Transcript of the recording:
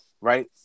right